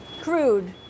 crude